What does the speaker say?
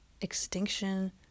extinction